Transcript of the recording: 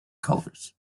colours